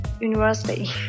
university